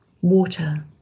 water